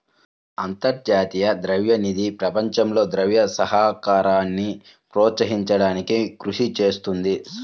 అంతర్జాతీయ ద్రవ్య నిధి ప్రపంచంలో ద్రవ్య సహకారాన్ని ప్రోత్సహించడానికి కృషి చేస్తుంది